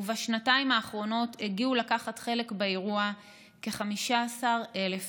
ובשנתיים האחרונות הגיעו לקחת חלק באירוע כ-15,000 איש.